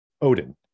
odin